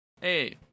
Hey